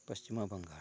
Paschimbangal